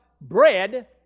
bread